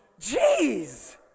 Jeez